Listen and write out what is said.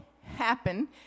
happen